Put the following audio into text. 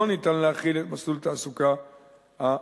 לא ניתן להחיל את מסלול התעסוקה הרטרואקטיבי.